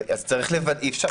אבל אי-אפשר